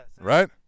Right